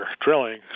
drilling